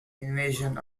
invasion